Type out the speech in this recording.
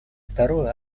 второе